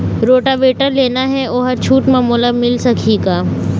Rotavator लेना हे ओहर छूट म मोला मिल सकही का?